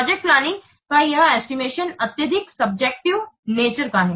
project planning का यह estimation अत्यधिक सब्जेक्टिव नेचर का है